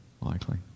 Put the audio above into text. Likely